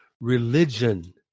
religion